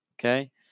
okay